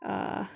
err